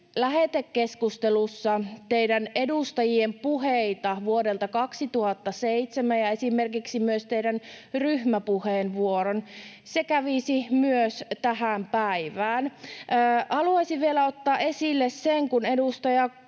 lähetekeskustelussa teidän edustajien puheita vuodelta 2007 ja esimerkiksi myös teidän ryhmäpuheenvuoron. Se kävisi myös tähän päivään. Haluaisin vielä ottaa esille sen, että kun edustaja